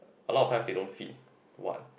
a lot of times they don't fit what